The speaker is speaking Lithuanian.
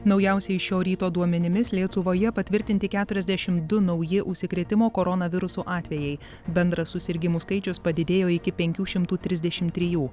naujausiais šio ryto duomenimis lietuvoje patvirtinti keturiasdešimt du nauji užsikrėtimo koronavirusu atvejai bendras susirgimų skaičius padidėjo iki penkių šimtų trisdešimt trijų